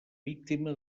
víctima